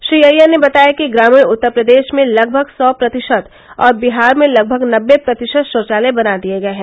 श्री अय्यर ने बताया कि ग्रामीण उत्तस्प्रदेश में लगभग सौ प्रतिशत और बिहार में लगभग नब्बे प्रतिशत शौचालय बना दिये गये हैं